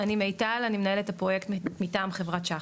אני מיטל, אני מנהלת הפרויקט, מטעם חברת שחק.